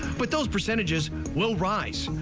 but those percentages will rise.